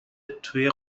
توی